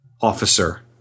officer